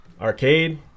Arcade